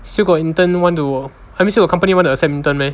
still got intern want to I mean still got company want to accept intern meh